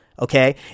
okay